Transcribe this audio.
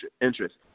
interest